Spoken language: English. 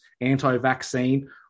anti-vaccine